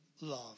love